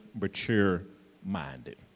mature-minded